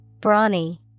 Brawny